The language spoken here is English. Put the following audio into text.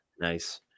nice